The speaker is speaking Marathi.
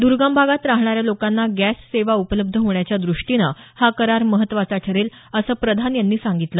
दुर्गम भागात राहणाऱ्या लोकांना गॅस सेवा उपलब्ध होण्याच्या दृष्टीनं हा करार महत्त्वाचा ठरेल असं प्रधान यांनी सांगितलं